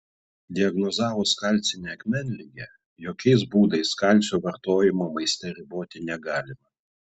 diagnozavus kalcinę akmenligę jokiais būdais kalcio vartojimo maiste riboti negalima